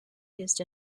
used